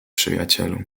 przyjacielu